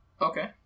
Okay